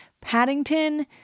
Paddington